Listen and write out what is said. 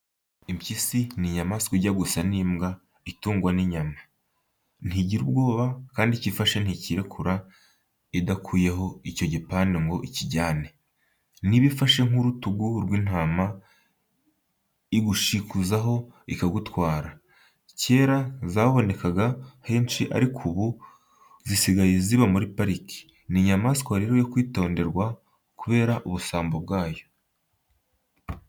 Impyisi ni inyamanswa ijya gusa n'imbwa itungwa n'inyama. Ntigira ubwoba kandi icyo ifashe ntikirekura idakuyeho icyo gipande ngo ikijyane. Niba ifashe nk'ukuguru kw'intama igushikuzaho ikagutwara. Cyera zabonekaga henshi ariko ubu izisigaye ziba muri pariki. Ni inyamanswa rero yo kwitonderwa kubera ubusambo bwayo.